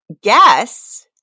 guess